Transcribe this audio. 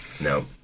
No